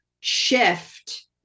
shift